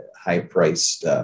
high-priced